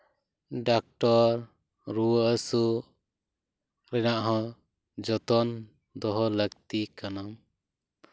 doctor ᱨᱩᱣᱟᱹ ᱦᱟᱹᱥᱩ ᱨᱮᱱᱟᱜ ᱦᱚᱸ ᱡᱚᱛᱚᱱ ᱫᱚᱦᱚ ᱞᱟᱹᱠᱛᱤ ᱠᱟᱱᱟ